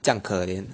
这样可怜